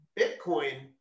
Bitcoin